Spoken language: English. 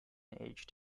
aged